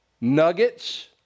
Nuggets